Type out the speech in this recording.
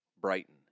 Brighton